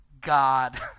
God